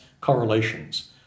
correlations